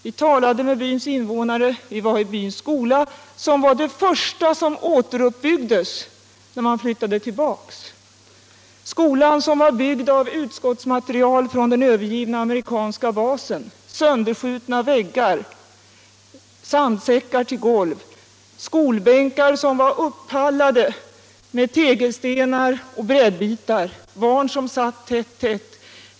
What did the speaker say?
Vi talade med byns invånare, vi var i byns skola, som var det första som återuppbyggdes när man flyttade tillbaka. Skolan, som var byggd av utskottsmaterial från den övergivna amerikanska basen, hade sönderskjutna väggar, sandsäckar till golv, skolbänkar som var uppallade med tegelstenar och brädbitar, barn som satt tätt, tätt.